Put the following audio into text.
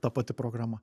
ta pati programa